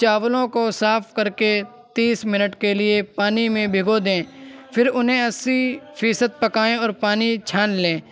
چاولوں کو صاف کر کے تیس منٹ کے لیے پانی میں بھگو دیں پھر انہیں اسّی فیصد پکائیں اور پانی چھان لیں